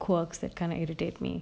quirks that kind of irritate me